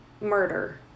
murder